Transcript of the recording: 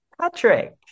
Patrick